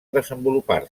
desenvolupar